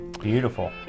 Beautiful